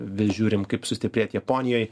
vis žiūrim kaip sustiprėt japonijoj